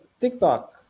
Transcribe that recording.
TikTok